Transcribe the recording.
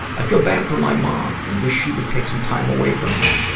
i feel bad for my mom, and wish she would take some time away from him,